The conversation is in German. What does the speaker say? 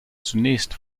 zunächst